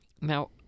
Now